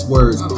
Words